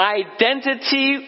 identity